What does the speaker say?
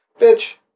Bitch